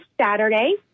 Saturday